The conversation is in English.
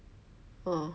ah